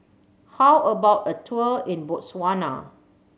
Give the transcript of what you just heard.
how about a tour in Botswana